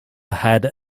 had